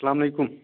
اَسلام علیکُم